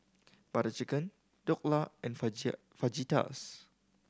Butter Chicken Dhokla and Fajitas